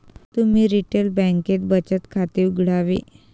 तुम्ही रिटेल बँकेत बचत खाते उघडावे